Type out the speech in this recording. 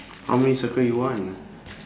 how many circle you want